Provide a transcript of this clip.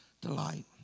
delight